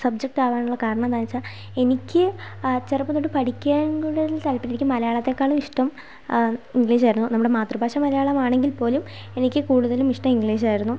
subject ആവാനുള്ള കാരണം എന്താണെന്നു വച്ചാൽ എനിക്ക് ചെറുപ്പം തൊട്ട് പഠിക്കാൻ കൂടുതൽ താല്പര്യം എനിക്ക് മലയാളത്തേക്കാളും ഇഷ്ടം ഇംഗ്ലീഷ് ആയിരുന്നു നമ്മുടെ മാതൃഭാഷ മലയാളം ആണെങ്കിൽപ്പോലും എനിക്ക് കൂടുതലും ഇഷ്ടം ഇംഗ്ലീഷ് ആയിരുന്നു